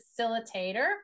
facilitator